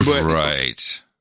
Right